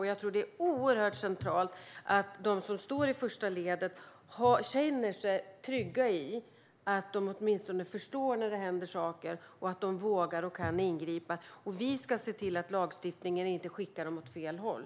Jag tror att det är oerhört centralt att de som står i första ledet känner sig trygga och åtminstone förstår vad som händer, så att de vågar och kan ingripa. Vi ska se till att lagstiftningen inte skickar dem åt fel håll.